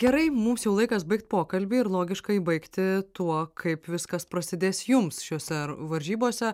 gerai mums jau laikas baigt pokalbį ir logiška jį baigti tuo kaip viskas prasidės jums šiose varžybose